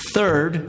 Third